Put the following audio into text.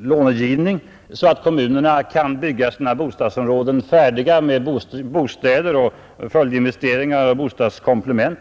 lånegivning så att kommunerna kan bygga sina bostadsområden färdiga med bostäder, följdinvesteringar och bostadskomplement.